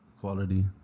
Quality